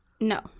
No